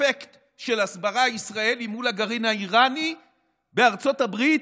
אפקט של הסברה ישראלית מול הגרעין האיראני בארצות הברית,